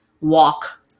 walk